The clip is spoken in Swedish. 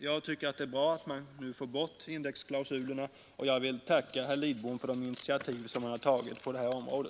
Jag tycker att det är bra att man nu får bort indexklausulerna, och jag vill tacka herr Lidbom för de initiativ som han har tagit på detta område.